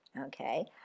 Okay